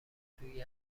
توی